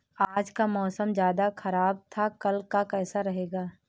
आज का मौसम ज्यादा ख़राब था कल का कैसा रहेगा?